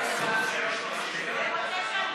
סעיפים 1 3 נתקבלו.